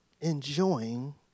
Enjoying